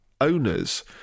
owners